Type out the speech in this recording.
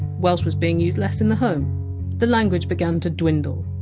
welsh was being used less in the home the language began to dwindle